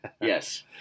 yes